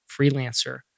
freelancer